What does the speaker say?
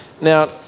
Now